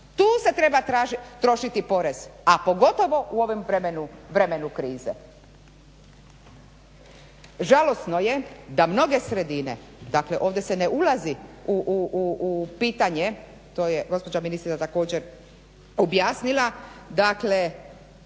Tu se treba trošiti porez, a pogotovo u ovom vremenu krize. Žalosno je da mnoge sredine, dakle ovdje se ne ulazi u pitanje, to je gospođa ministrica također objasnila, dakle